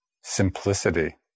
simplicity